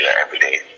everyday